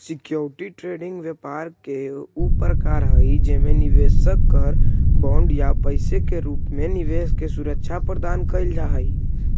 security trading व्यापार के ऊ प्रकार हई जेमे निवेशक कर बॉन्ड या पैसा के रूप में निवेश के सुरक्षा प्रदान कैल जा हइ